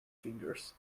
fingers